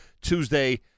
Tuesday